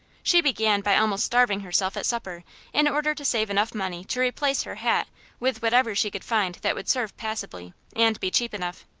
she began by almost starving herself at supper in order to save enough money to replace her hat with whatever she could find that would serve passably, and be cheap enough.